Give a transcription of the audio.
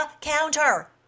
counter